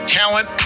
talent